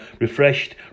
refreshed